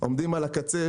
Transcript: עומדים על הקצה,